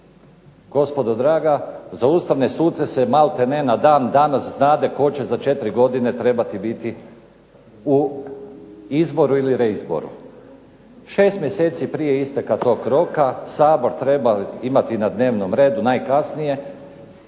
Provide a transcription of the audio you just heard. Gospodo draga, za ustavne suce malte ne na danas znade tko će za 4 godine trebati biti u izboru ili reizboru. 6 mjeseci prije isteka toga roka Sabor treba imati na dnevnom redu najkasnije